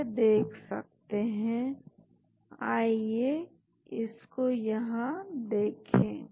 तो हमारे पास अलग अलग स्कैफोल्ड हो सकते हैं जो कि इस भाग को बदल रहे हैं तो इस प्रकार आपको नई संरचनाएं मिलती हैं